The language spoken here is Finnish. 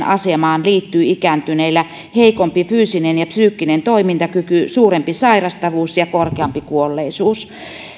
asemaan liittyy ikääntyneillä heikompi fyysinen ja psyykkinen toimintakyky suurempi sairastavuus ja korkeampi kuolleisuus